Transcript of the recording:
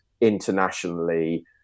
internationally